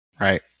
Right